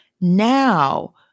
now